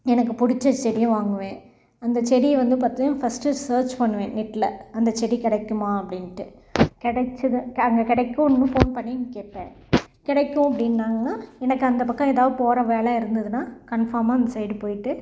எனக்கு புடிச்ச செடியை வாங்குவேன் அந்த செடியை வந்து பார்த்து ஃபஸ்ட்டு சேர்ச் பண்ணுவேன் நெட்டில் அந்த செடி கிடைக்குமா அப்படின்ட்டு கிடச்சுது அங்கே கிடைக்குன்னு ஃபோன் பண்ணி கேட்பேன் கிடைக்கும் அப்படின்னாங்கனா எனக்கு அந்த பக்கம் எதா போகிற வேலை இருந்ததுனா கன்ஃபார்மாக அந்த சைடு போயிட்டு